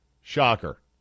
Shocker